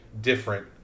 different